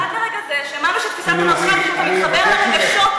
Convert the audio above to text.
עד לרגע זה שמענו שתפיסת עולמך זה שאתה מתחבר לרגשות,